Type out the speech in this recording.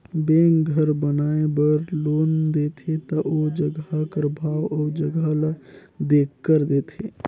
bank घर बनाए बर लोन देथे ता ओ जगहा कर भाव अउ जगहा ल देखकर देथे